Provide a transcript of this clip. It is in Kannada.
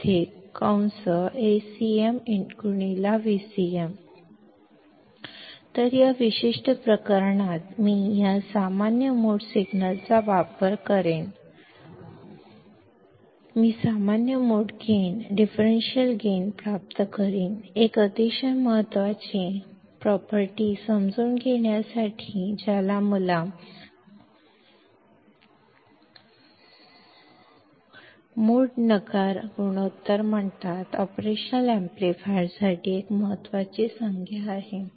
ಆದ್ದರಿಂದ ಕಾಮನ್ ಮೋಡ್ ರಿಜೆಕ್ಷನ್ ರೇಷ್ಯೋ ಎಂದು ಕರೆಯಲ್ಪಡುವ ಬಹಳ ಮುಖ್ಯವಾದ ಪ್ರೊಪಾರ್ಟಿ ಅನ್ನು ಅರ್ಥಮಾಡಿಕೊಳ್ಳಲು ಈ ನಿರ್ದಿಷ್ಟ ಸಂದರ್ಭದಲ್ಲಿ ನಾನು ಈ ಕಾಮನ್ ಮೋಡ್ ಸಿಗ್ನಲ್ ಅನ್ನು ಬಳಸುತ್ತೇನೆ ನಾನು common mode gain differential amplifier ಅನ್ನು ಬಳಸುತ್ತೇನೆ ಆಪರೇಷನಲ್ ಆಂಪ್ಲಿಫೈಯರ್ಗೆ ಬಹಳ ಮುಖ್ಯವಾದ ಪದ ಆಗಿದೆ